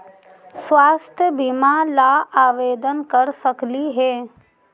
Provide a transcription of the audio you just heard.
स्वास्थ्य बीमा ला आवेदन कर सकली हे?